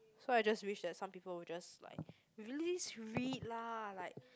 so I just wish that some people will just like really just read lah like